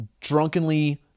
drunkenly